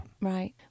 Right